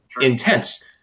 Intense